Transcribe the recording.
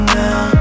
now